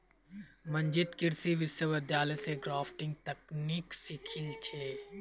मंजीत कृषि विश्वविद्यालय स ग्राफ्टिंग तकनीकक सीखिल छ